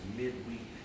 midweek